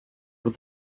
with